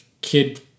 kid